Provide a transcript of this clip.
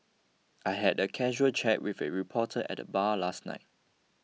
I had a casual chat with a reporter at the bar last night